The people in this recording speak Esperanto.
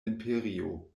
imperio